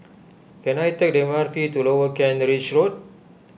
can I take the M R T to Lower Kent Ridge Road